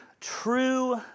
true